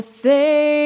say